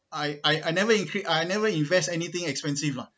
I I I never in~ I never invest anything expensive lah